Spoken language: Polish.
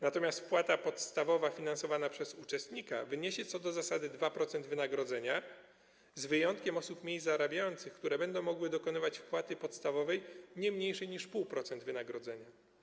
Natomiast wpłata podstawowa finansowana przez uczestnika wyniesie co do zasady 2% wynagrodzenia, z wyjątkiem osób mniej zarabiających, które będą mogły dokonywać wpłaty podstawowej w wysokości nie mniejszej niż 0,5% wynagrodzenia.